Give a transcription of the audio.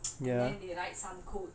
okay you know how some